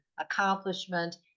accomplishment